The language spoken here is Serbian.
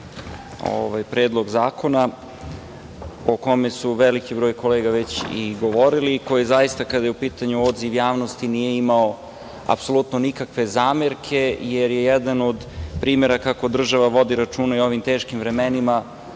nama je Predlog zakona o kome su veliki broj kolega već i govorili i koji zaista kada je u pitanju odziv javnosti nije imao apsolutno nikakve zamerke, jer je jedan od primera kako država vodi računa i u ovim teškim vremenima,